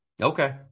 Okay